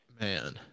Man